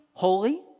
holy